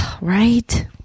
Right